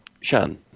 Shan